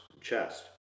chest